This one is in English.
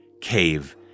cave